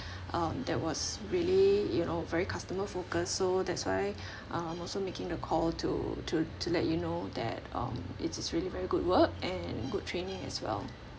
um that was really you know very customer focus so that's why uh I'm also making a call to to to let you know that um it's really very good work and good training as well